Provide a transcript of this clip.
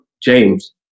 James